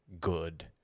good